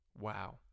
Wow